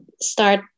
start